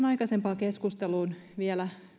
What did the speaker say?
aikaisempaan keskusteluun vielä